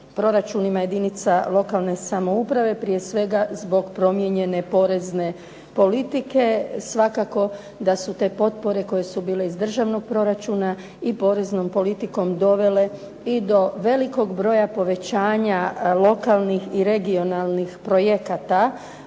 proračunima jedinica lokalne samouprave, prije svega zbog promijenjene porezne politike. Svakako da su te potpore koje su bile iz državnog proračuna i poreznom politikom dovele i do velikog broja povećanja lokalnih i regionalnih projekata